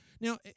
Now